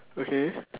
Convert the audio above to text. okay